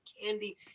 candy